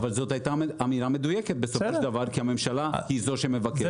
אבל זאת הייתה אמירה מדויקת בסופו של דבר כי הממשלה היא זו שמבקשת.